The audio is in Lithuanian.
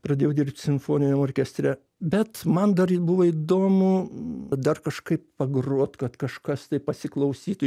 pradėjau dirbt simfoniniam orkestre bet man dar buvo įdomu dar kažkaip pagrot kad kažkas tai pasiklausytų